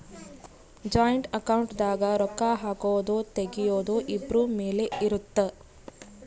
joint account ದಾಗ ರೊಕ್ಕ ಹಾಕೊದು ತೆಗಿಯೊದು ಇಬ್ರು ಮೇಲೆ ಇರುತ್ತ